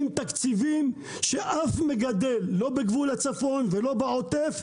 עם תקציבים שאף מגדל, לא בגבול הצפון ולא בעוטף,